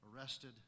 arrested